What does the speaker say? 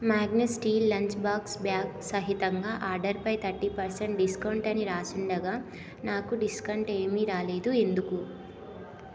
Magnus steel lunch box bag సహితంగా ఆర్డరుపై thirty percent discount అని రాసుండగా నాకు డిస్కౌంట్ ఏమీ రాలేదు ఎందుకు